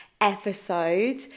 episode